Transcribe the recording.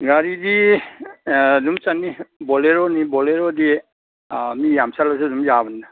ꯒꯥꯔꯤꯗꯤ ꯑꯥ ꯑꯗꯨꯝ ꯆꯟꯅꯤ ꯕꯣꯂꯦꯔꯣꯅꯤ ꯕꯣꯂꯦꯔꯣꯗꯤ ꯃꯤ ꯌꯥꯝ ꯆꯠꯂꯁꯨ ꯑꯗꯨꯝ ꯌꯥꯕꯅꯤꯗ